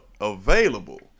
available